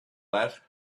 that